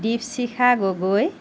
Dipshikha Gogoi